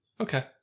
Okay